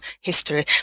history